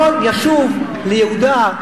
לא ישוב ליהודה,